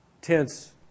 tense